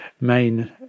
main